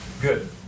Good